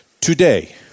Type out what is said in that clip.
today